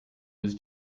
was